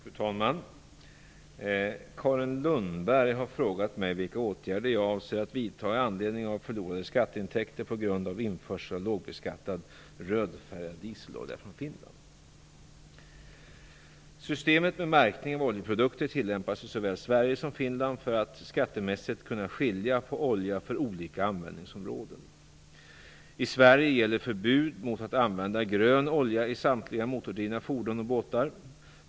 Fru talman! Carin Lundberg har frågat mig vilka åtgärder jag avser att vidta i anledning av förlorade skatteintäkter på grund av införsel av lågbeskattad, rödfärgad dieselolja från Finland. System med märkning av oljeprodukter tillämpas i såväl Sverige som Finland för att skattemässigt kunna skilja på olja för olika användningsområden. I Sverige gäller förbud mot att använda grön olja i samtliga motordrivna fordon och båtar.